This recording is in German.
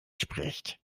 spricht